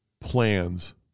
plans